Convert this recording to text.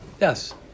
Yes